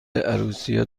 عروسی